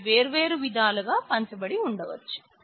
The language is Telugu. అవి వేర్వేరు విధాలుగా పంచబడి ఉండవచ్చు